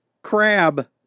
Crab